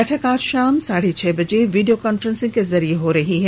बैठक आज शाम साढे छह बजे वीडियो कांफ्रेंसिग के जरिये हो रही है